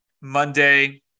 Monday